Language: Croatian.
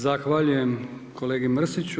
Zahvaljujem kolegi Mrsiću.